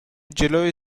جلوی